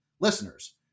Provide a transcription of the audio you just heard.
listeners